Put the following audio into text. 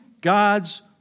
God's